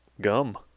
gum